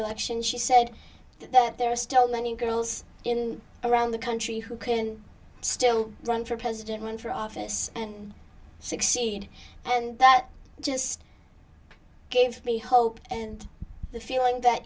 election she said that there are still many girls in and around the country who can still run for president run for office and succeed and that just gave me hope and the feeling that